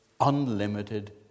unlimited